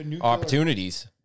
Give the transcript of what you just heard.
opportunities